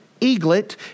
eaglet